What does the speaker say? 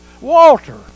Walter